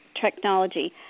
technology